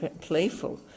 playful